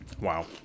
Wow